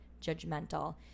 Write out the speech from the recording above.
judgmental